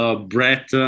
Brett